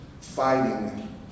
fighting